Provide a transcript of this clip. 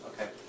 Okay